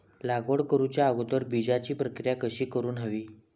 लागवड करूच्या अगोदर बिजाची प्रकिया कशी करून हवी?